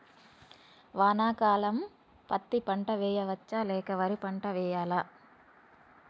వానాకాలం పత్తి పంట వేయవచ్చ లేక వరి పంట వేయాలా?